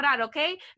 okay